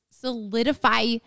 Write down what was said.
Solidify